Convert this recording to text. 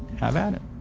have at it.